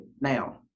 Now